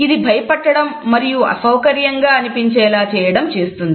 ఇది భయపెట్టడం మరియు అసౌకర్యంగా అనిపించేలా చేయడం చేస్తుంది